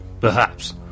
Perhaps